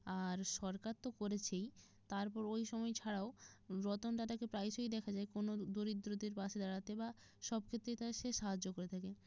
আর সরকার তো করেছেই তারপর ওই সময় ছাড়াও রতন টাটাকে প্রায়শই দেখা যায় কোনো দরিদ্রদের পাশে দাঁড়াতে বা সবক্ষেত্রেই তাদের সে সাহায্য করে থাকে